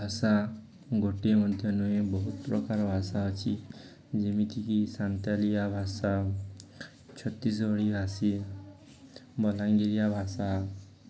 ଭାଷା ଗୋଟିଏ ମଧ୍ୟ ନୁହେଁ ବହୁତ ପ୍ରକାର ଭାଷା ଅଛି ଯେମିତିକି ସାନ୍ତାଳିଆ ଭାଷା ଛତିଶଗଡ଼ି ଭାଷୀ ବଲାଙ୍ଗୀରିଆ ଭାଷା